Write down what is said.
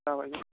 जाबाय दे